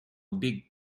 big